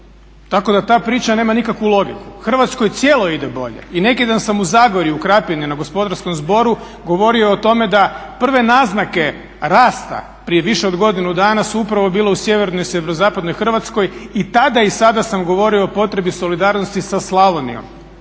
tako da ta priča nema nikakvu logiku. Hrvatskoj cijeloj ide bolje. I neki dan sam u Zagorju, u Krapini na gospodarskom zboru govorio o tome da prve naznake rasta prije više od godinu dana su upravo bile u sjevernoj i sjeverozapadnoj Hrvatskoj. I tada i sada sam govorio o potrebi solidarnosti sa Slavonijom.